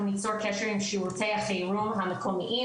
אנחנו ניצור קשר עם שירותי החירום המקומיים,